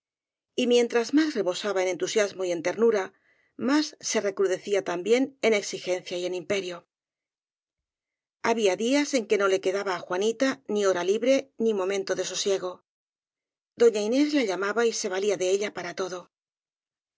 imperativa y mientras más rebosaba en entusiasmo y en ternura más se recrudecía también en exigencia y en imperio había días en que no le quedaba á juanita ni hora libre m momento de sosiego doña inés la llamaba y se valía de ella para todo